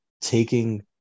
taking